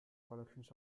collections